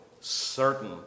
Certain